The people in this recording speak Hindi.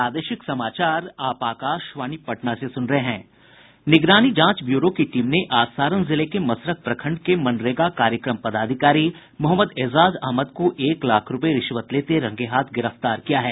निगरानी जांच ब्यूरो की टीम ने आज सारण जिले के मसरख प्रखंड के मनरेगा कार्यक्रम पदाधिकारी मोहम्मद एजाज अहमद को एक लाख रूपये रिश्वत लेते रंगे हाथ गिरफ्तार किया है